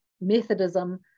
Methodism